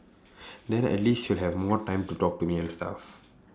then at least she will have more time to talk to me and stuff